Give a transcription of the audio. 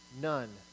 none